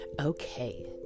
Okay